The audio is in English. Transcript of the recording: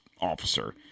officer